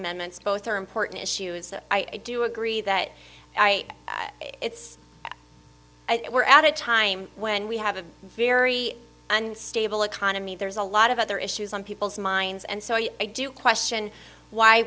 amendments both are important i do agree that i we're at a time when we have a very unstable economy there's a lot of other issues on people's minds and so i do question why